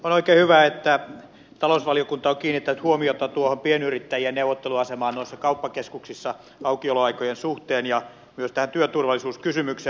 on oikein hyvä että talousvaliokunta on kiinnittänyt huomiota tuohon pienyrittäjien neuvotteluasemaan noissa kauppakeskuksissa aukioloaikojen suhteen ja myös tähän työturvallisuuskysymykseen